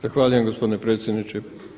Zahvaljujem gospodine predsjedniče.